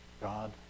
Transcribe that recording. God